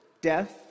death